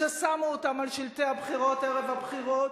ששמו אותם על שלטי הבחירות ערב הבחירות,